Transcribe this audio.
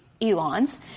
Elon's